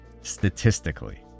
statistically